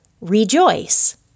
Rejoice